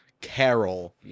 Carol